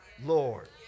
Lord